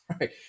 right